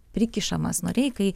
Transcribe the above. prikišamas noreikai